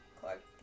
Clark